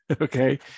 okay